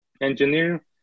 engineer